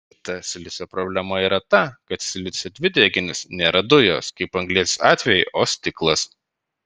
kita silicio problema yra ta kad silicio dvideginis nėra dujos kaip anglies atveju o stiklas